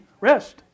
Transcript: rest